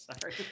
Sorry